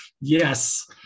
Yes